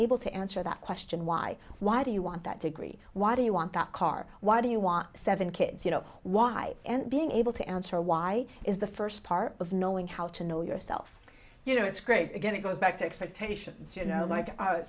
able to answer that question why why do you want that degree why do you want that car why do you want seven kids you know why and being able to answer why is the first part of knowing how to know yourself you know it's great again it goes back to expectations you know